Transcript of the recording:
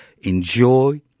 Enjoy